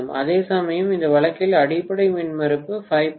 அதேசமயம் இந்த வழக்கில் அடிப்படை மின்மறுப்பு 5